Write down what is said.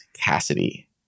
Cassidy